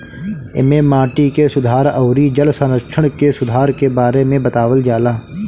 एमे माटी के सुधार अउरी जल संरक्षण के सुधार के बारे में बतावल जाला